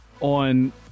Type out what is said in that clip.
on